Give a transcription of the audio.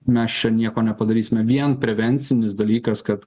mes čia nieko nepadarysime vien prevencinis dalykas kad